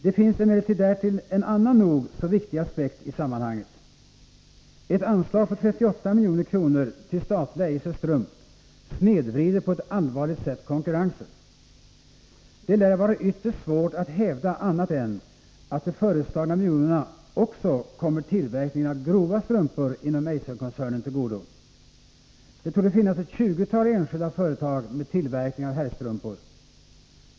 Det finns emellertid därtill en annan nog så viktig aspekt i sammanhanget. Ett anslag på 38 milj.kr. till statliga Eiser Strump snedvrider på ett allvarligt sätt konkurrensen. Det lär vara ytterst svårt att hävda annat än att de föreslagna miljonerna också kommer tillverkningen av grova strumpor inom Eiserkoncernen till godo. Det torde finnas ett tjugotal enskilda företag med tillverkning av herrstrumpor.